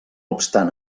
obstant